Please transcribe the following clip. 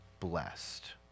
blessed